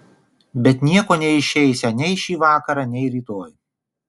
bet nieko neišeisią nei šį vakarą nei rytoj